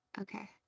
Okay